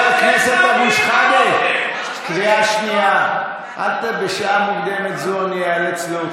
אז אני אגיד לך